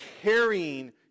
carrying